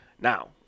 Now